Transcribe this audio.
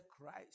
Christ